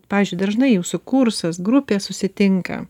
pavyzdžiui dažnai jūsų kursas grupė susitinka